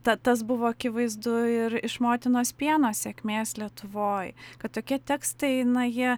ta tas buvo akivaizdu ir iš motinos pieno sėkmės lietuvoj kad tokie tekstai na jie